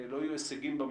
הוא אמר